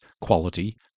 quality